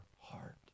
heart